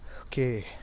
Okay